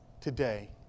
today